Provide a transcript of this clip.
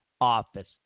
office